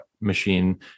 machine